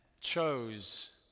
chose